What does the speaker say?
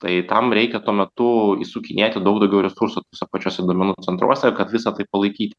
tai tam reikia tuo metu įsukinėti daug daugiau resursų tuose pačiuose duomenų centruose kad visa tai palaikyti